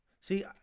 see